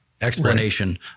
Explanation